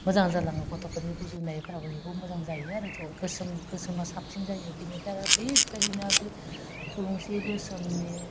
मोजां जालाङो गथ'फोरनि गुजुनायफोरावबो बेखौ मोजां जायो आरो थ' गोसोम गोसोमा साबसिन जायो बिनिफ्राय आरो बिबायदिनो आरो बे थुलुंसि गोसोमनि